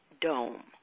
dome